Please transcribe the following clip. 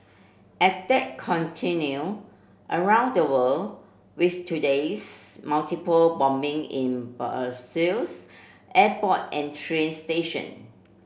attack continue around the world with today's multiple bombing in Brussels airport and train station